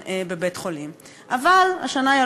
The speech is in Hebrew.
אבל הם לא,